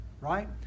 right